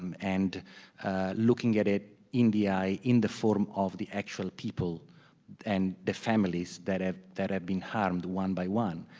um and looking at it in the eye in the form of the actual people and the families that have that have been harmed one by one,